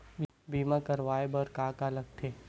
बीमा करवाय बर का का लगथे?